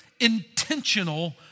intentional